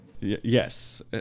Yes